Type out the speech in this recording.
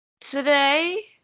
Today